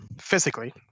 Physically